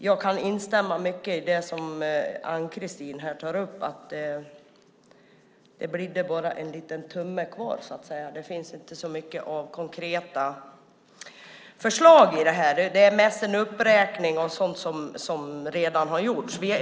Jag kan instämma i mycket av det som Ann-Kristine tar upp. Det bidde bara en liten tumme kvar. Det finns inte så många konkreta förslag i detta. Det är mest en uppräkning av sådant som redan har gjorts.